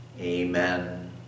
Amen